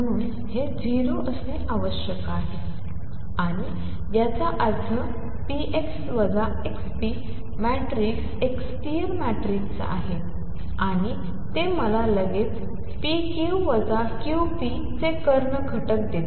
म्हणून हे 0 असणे आवश्यक आहे आणि याचा अर्थ p x x p matrix एक स्थिर मॅट्रिक्स आहे आणि ते मला लगेच p q q p चे कर्ण घटक देते